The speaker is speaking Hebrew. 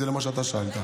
זה מה שאתה שאלת,